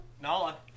Nala